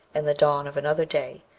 and the dawn of another day,